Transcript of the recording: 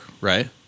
right